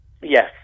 Yes